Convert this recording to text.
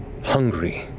hungry,